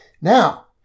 Now